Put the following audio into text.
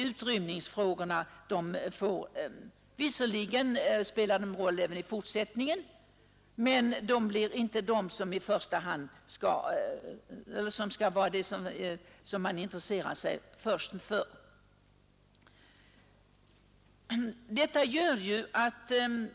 Utrymningsfrågorna får visserligen spela en roll i fortsättningen också men kommer i andra hand.